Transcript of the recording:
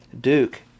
Duke